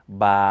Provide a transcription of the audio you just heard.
ba